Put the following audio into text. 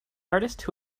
artist